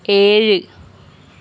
ഏഴ്